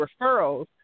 referrals